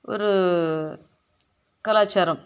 ஒரு கலாச்சாரம்